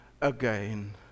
again